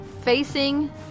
facing